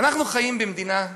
אנחנו חיים במדינה שבאמת,